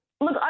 Look